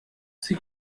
sie